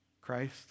Christ